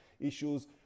issues